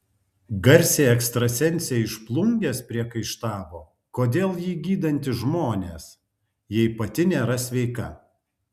garsiai ekstrasensei iš plungės priekaištavo kodėl ji gydanti žmonės jei pati nėra sveika